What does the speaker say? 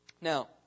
Now